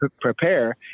prepare